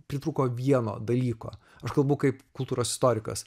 pritrūko vieno dalyko aš kalbu kaip kultūros istorikas